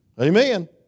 Amen